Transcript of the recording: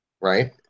right